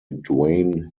dwayne